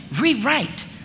rewrite